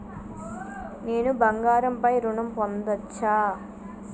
నేను బంగారం పై ఋణం పొందచ్చా?